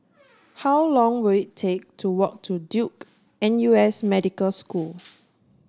how long will it take to walk to Duke N U S Medical School